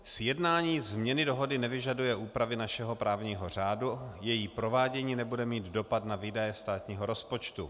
Sjednání změny dohody nevyžaduje úpravy našeho právního řádu, její provádění nebude mít dopad na výdaje státního rozpočtu.